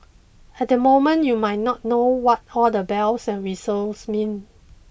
at the moment you might not know what all the bells and whistles mean